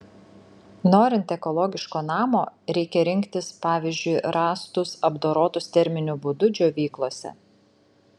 norint ekologiško namo reikia rinktis pavyzdžiui rąstus apdorotus terminiu būdu džiovyklose